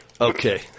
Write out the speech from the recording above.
Okay